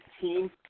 team